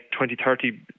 2030